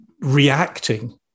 reacting